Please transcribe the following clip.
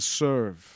serve